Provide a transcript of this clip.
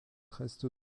reste